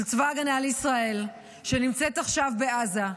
של צבא ההגנה לישראל, שנמצאת עכשיו בעזה.